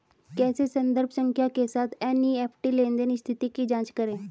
कैसे संदर्भ संख्या के साथ एन.ई.एफ.टी लेनदेन स्थिति की जांच करें?